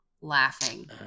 laughing